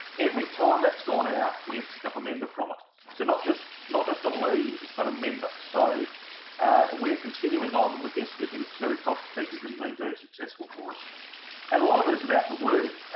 every time that's gone out we have picked up a member from it so not just not have a lead but a member so we're continuing on with this we think it's very cost-effective and been very successful for us and a lot of it is about the wording